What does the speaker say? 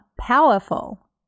powerful